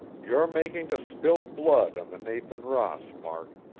you're making to spill blood on the nathan ross, mark.